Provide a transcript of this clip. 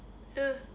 ya